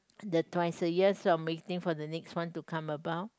the twice a year so I'm waiting for the next one to come about